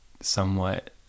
somewhat